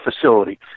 facility